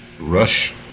rush